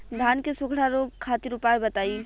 धान के सुखड़ा रोग खातिर उपाय बताई?